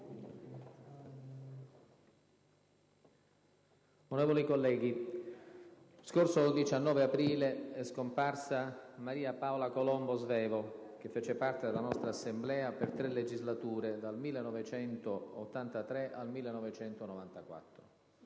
Onorevoli colleghi, lo scorso 19 aprile è scomparsa Maria Paola Colombo Svevo, che fece parte della nostra Assemblea per tre legislature, dal 1983 al 1994.